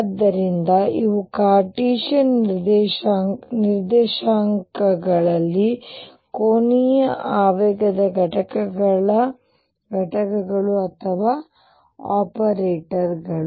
ಆದ್ದರಿಂದ ಇವು ಕಾರ್ಟೇಶಿಯನ್ ನಿರ್ದೇಶಾಂಕಗಳಲ್ಲಿ ಕೋನೀಯ ಆವೇಗದ ಘಟಕಗಳ ಘಟಕಗಳು ಅಥವಾ ಆಪರೇಟರ್ಗಳು